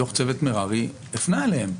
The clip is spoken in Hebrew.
מררי הפנה אליהם,